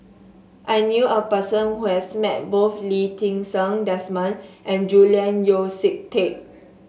I knew a person who has met both Lee Ti Seng Desmond and Julian Yeo See Teck